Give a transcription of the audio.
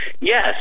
Yes